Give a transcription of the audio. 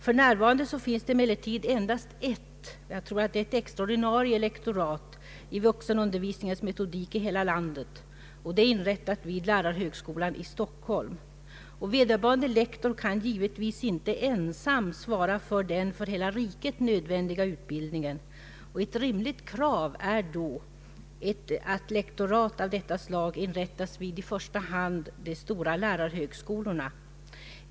För närvarande finns emellertid endast ett — jag tror att det är ett extra ordinarie — lektorat i vuxenundervisningens metodik i hela landet. Det är inrättat vid lärarhögskolan i Stockholm. Vederbörande lektor kan givetvis inte ensam klara den för hela riket nödvändiga utbildningen. Ett rimligt krav är att lektorat av detta slag inrättas vid i första hand de stora lärarhögskolorna.